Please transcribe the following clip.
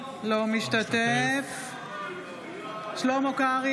אינו משתתף בהצבעה שלמה קרעי,